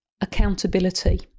accountability